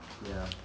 ya